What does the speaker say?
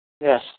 Yes